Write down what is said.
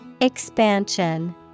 Expansion